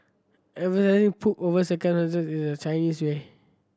emphasising pomp over is the Chinese way